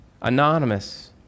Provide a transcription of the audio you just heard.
Anonymous